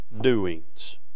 doings